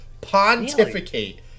Pontificate